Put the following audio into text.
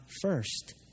first